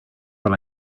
what